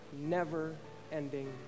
never-ending